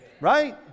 Right